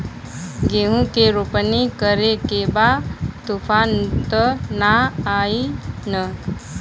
गेहूं के रोपनी करे के बा तूफान त ना आई न?